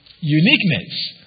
uniqueness